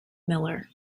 miller